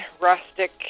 rustic